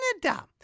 Canada